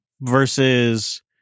versus